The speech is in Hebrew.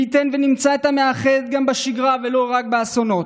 מי ייתן שנמצא את המאחד גם בשגרה, ולא רק באסונות.